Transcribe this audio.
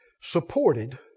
supported